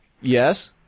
Yes